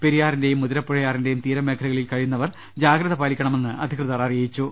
പെരിയാറിന്റെയും മുതിരപ്പുഴയാറിന്റെയും തീരമേഖലകളിൽ കഴിയുന്നവർ ജാഗ്രത പാലിക്കണമെന്ന് അധികൃതർ അറ യിച്ചു